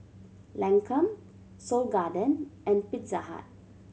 Lancome Seoul Garden and Pizza Hut